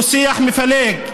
הוא שיח מפלג,